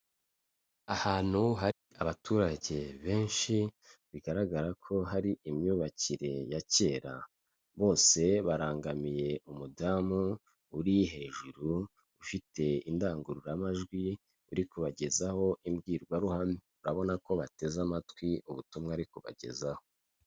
Ahantu hari abaturage benshi bigaragara ko hari imyubakire ya kera, bose barangamiye umudamu uri hejuru, ufite indangururamajwi uri kubagezaho imbwirwaruhame, urabona ko bateze amatwi ubutumwa ari kubagezaho.